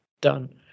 done